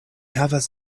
havas